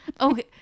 okay